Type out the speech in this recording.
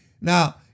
Now